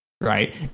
right